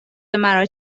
مرا